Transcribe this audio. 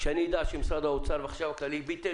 כשאני אדע שמשרד האוצר והחשב הכללי ביטל